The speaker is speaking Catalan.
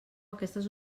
aquestes